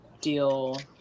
deal